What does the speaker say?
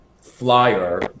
flyer